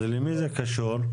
למי זה קשור?